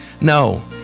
No